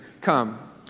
Come